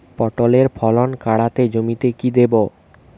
পটলের ফলন কাড়াতে জমিতে কি দেবো?